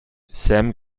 sam